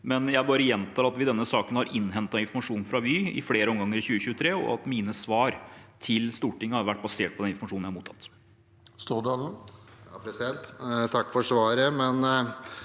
Jeg bare gjentar at vi i denne saken har innhentet informasjon fra Vy i flere omganger i 2023, og at mine svar til Stortinget har vært basert på den informasjon jeg har mottatt. Morten Stordalen